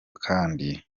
kandi